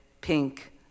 pink